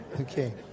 Okay